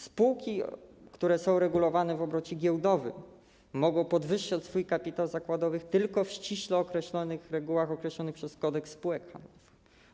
Spółki, które są regulowane w obrocie giełdowym, mogą podwyższać swój kapitał zakładowy tylko w ściśle określonych regułach, określonych przez Kodeks spółek handlowych.